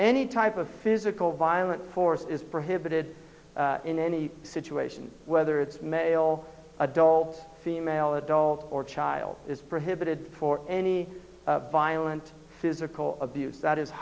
any type of physical violent force is prohibited in any situation whether it's male adult female adult or child is prohibited for any violent physical abuse that is